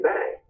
Bang